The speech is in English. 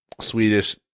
Swedish